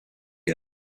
good